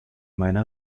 meiner